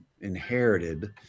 inherited